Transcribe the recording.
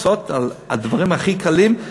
על הדברים הכי קלים,